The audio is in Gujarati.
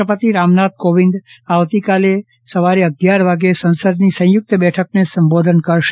રાષ્ટ્રપતિ રામનાથ કોવિંદ આવતીકાલે અગીયાર વાગે સંસદની સંયુકત બેઠકને સંબોધન કરશે